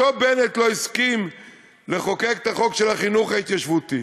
אותו בנט לא הסכים לחוקק את החוק של החינוך ההתיישבותי.